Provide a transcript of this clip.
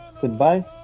goodbye